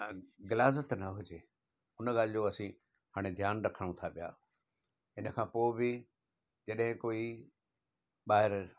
ग़िलाज़त न हुन उन ॻाल्हि जो असीं हाणे ध्यानु रखऊं था पिया इन खां पोइ बि जॾहिं कोई ॿाहिरि